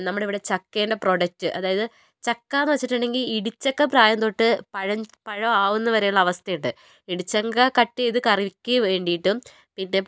നമ്മുടെ ഇവിടെ ചക്കേൻ്റെ പ്രൊഡക്റ്റ് അതായത് ചക്ക എന്ന് വെച്ചിട്ടുണ്ടെങ്കിൽ ഇടിച്ചക്ക പ്രായം തൊട്ട് പഴം പഴം ആവുന്നത് വരെയുള്ള അവസ്ഥയുണ്ട് ഇടിച്ചക്ക കട്ട് ചെയ്ത് കറിക്ക് വേണ്ടിയിട്ടും പിന്നെ